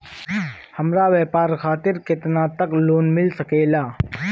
हमरा व्यापार खातिर केतना तक लोन मिल सकेला?